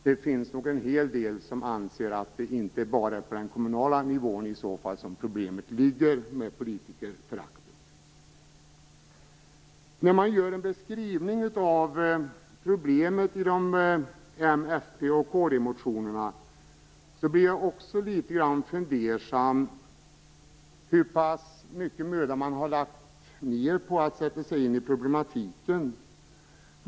Det finns en hel del som anser att det inte bara är på den kommunala nivån som problemet med politikerföraktet ligger. När jag läser beskrivningen av problemet i m-, fpoch kd-motionerna blir jag litet fundersam och undrar hur pass mycket möda man har lagt ned på att sätta sig i problematiken.